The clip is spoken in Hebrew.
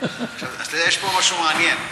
יש פה משהו מעניין: